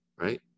right